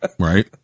right